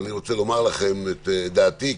ואני רוצה לומר לכם את דעתי,